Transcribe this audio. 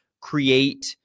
create